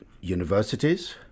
universities